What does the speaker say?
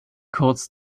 kurz